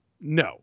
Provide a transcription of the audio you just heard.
No